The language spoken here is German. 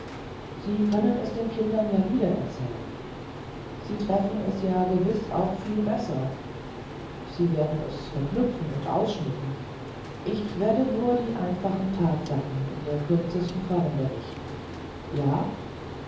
sie können es den kindern ja wiedererzählen sie treffen es ja gewiß auch viel besser sie werden es verknüpfen und ausschmücken ich werde nur die einfachen tatsachen in der kürzesten form berichten ja